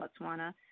Botswana